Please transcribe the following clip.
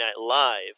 Live